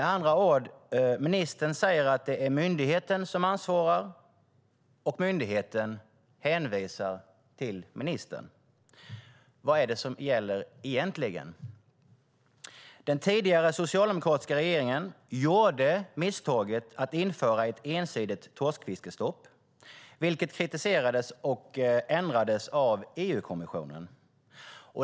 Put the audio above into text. Ministern säger att det är myndigheten som ansvarar, och myndigheten hänvisar till ministern. Vad är det som gäller egentligen? Den tidigare socialdemokratiska regeringen gjorde misstaget att införa ett ensidigt torskfiskestopp, vilket kritiserades och ändrades av EU-kommissionen.